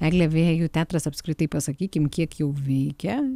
egle vėjų teatras apskritai pasakykim kiek jau veikia